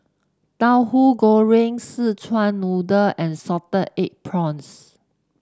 Tauhu Goreng Szechuan Noodle and Salted Egg Prawns